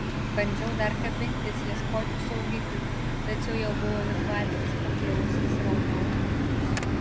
bandžiau dar kabintis ieškoti saugiklių tačiau jau buvau it valtis pakliuvusi į sraunią upę